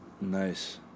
Nice